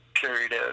Period